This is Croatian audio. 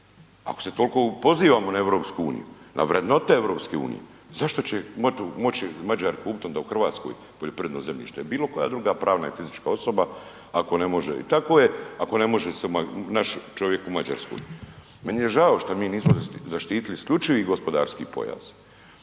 ako se toliko pozivamo na EU, na vrednote EU, zašto će moći Mađari kupiti onda u Hrvatskoj poljoprivredno zemljište, bilo koja druga pravna ili fizička osoba, ako ne može, i tako je, ako ne može se naš čovjek u Mađarskoj. Meni je žao šta mi nismo zaštitili isključivi gospodarski pojas,